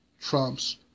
Trump's